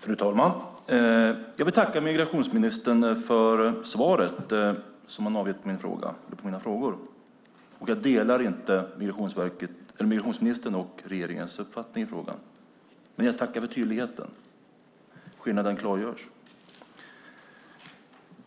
Fru talman! Jag vill tacka migrationsministern för svaret på mina frågor. Jag delar inte migrationsministerns och regeringens uppfattning i frågan, men jag tackar för tydligheten. Skillnaden klargörs.